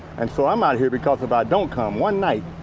and so i'm out here because about don't come one night,